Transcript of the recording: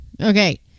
Okay